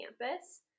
campus